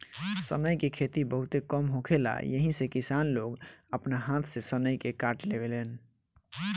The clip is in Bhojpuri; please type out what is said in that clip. सनई के खेती बहुते कम होखेला एही से किसान लोग आपना हाथ से सनई के काट लेवेलेन